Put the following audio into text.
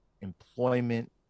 employment